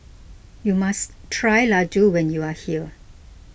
you must try Laddu when you are here